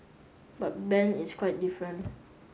but Ben is quite different